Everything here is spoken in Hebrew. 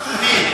על קובה?